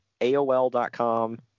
AOL.com